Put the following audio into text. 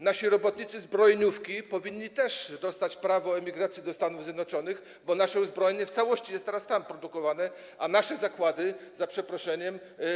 Nasi robotnicy zbrojeniówki też powinni dostać prawo emigracji do Stanów Zjednoczonych, bo nasze uzbrojenie w całości jest tam teraz produkowane, a nasze zakłady, za przeproszeniem.